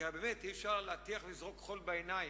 כי באמת, אי-אפשר להטיח ולזרוק חול בעיניים.